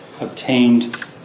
obtained